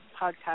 podcast